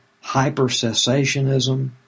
hyper-cessationism